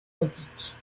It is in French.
antique